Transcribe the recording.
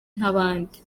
nk’abandi